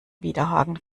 widerhaken